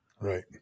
right